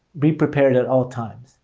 be prepared at all times.